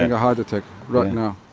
a heart attack right now.